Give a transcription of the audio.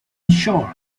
sure